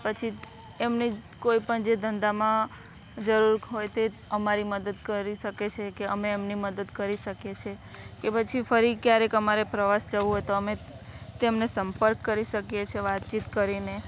પછી એમને કોઈપણ જે ધંધામાં જરૂર હોય તે અમારી મદદ કરી શકે છે કે અમે એમને મદદ કરી શકીએ છીએ કે પછી ફરી ક્યારેક અમારે પ્રવાસ જવું હોય તો અમે તેમને સંપર્ક કરી શકીએ છીએ વાતચીત કરીને